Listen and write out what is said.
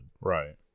Right